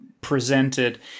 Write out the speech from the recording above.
presented